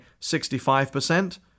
65%